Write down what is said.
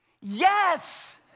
Yes